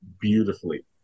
beautifully